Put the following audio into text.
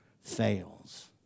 fails